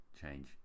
change